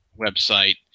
website